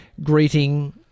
greeting